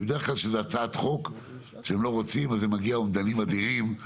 בדרך כלל כשזו הצעת חוק שהם לא רוצים זה מגיע לאומדנים אדירים.